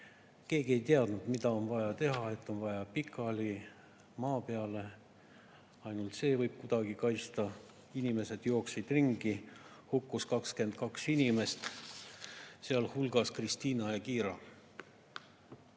Keegi ei teadnud, mida on vaja teha, et on vaja pikali maa peale [heita], ainult see võib kuidagi kaitsta. Inimesed jooksid ringi, hukkus 22 inimest, sealhulgas hukkusid Kristina ja Kira.